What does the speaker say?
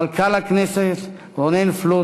מנכ"ל הכנסת רונן פלוט,